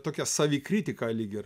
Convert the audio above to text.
tokia savikritika lyg ir